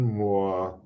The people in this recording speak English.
more